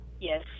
Yes